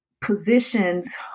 positions